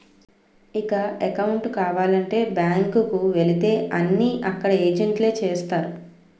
ఇక అకౌంటు కావాలంటే బ్యాంకు కు వెళితే అన్నీ అక్కడ ఏజెంట్లే చేస్తారు